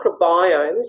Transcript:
microbiomes